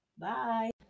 bye